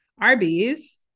Arby's